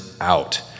out